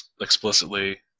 explicitly